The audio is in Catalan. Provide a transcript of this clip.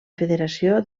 federació